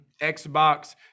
Xbox